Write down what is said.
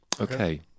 Okay